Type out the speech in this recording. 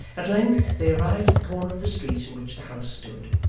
at length, they arrived at the corner of the street in which the house stood,